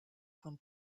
von